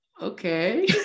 okay